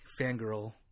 fangirl